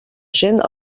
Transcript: gent